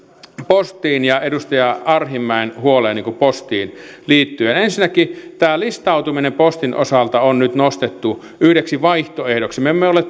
postiin ja edustaja arhinmäen huoleen postiin liittyen ensinnäkin tämä listautuminen postin osalta on nyt nostettu yhdeksi vaihtoehdoksi me emme ole